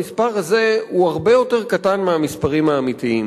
המספר הזה הוא הרבה יותר קטן מהמספרים האמיתיים,